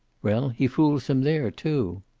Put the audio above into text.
well, he fools them there, too.